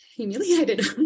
humiliated